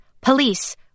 Police